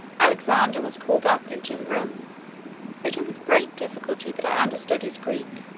alexander was called up into the room it was with great difficulty that i understood his greek,